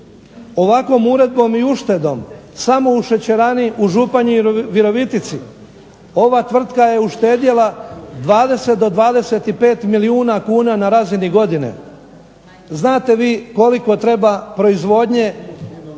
ovakvom uredbom i uštedom samo u šećerani u Županji i Virovitici ova tvrtka je uštedjela 20 do 25 milijuna kuna na razini godine. Znate vi koliko treba proizvodnje